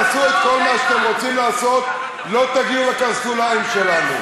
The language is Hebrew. יש לי מספיק ניסיון בחיים להתמודד אתכם.